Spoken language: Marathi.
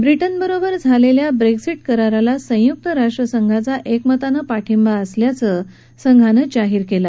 ब्रिटनबरोबर झालेल्या ब्रेक्झिट कराराला संयुक्त राष्ट्रसंघाचा एकमतानं पाठींबा असल्याचं संघानं जाहीर केलं